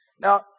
Now